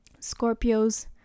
Scorpios